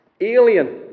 Alien